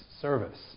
service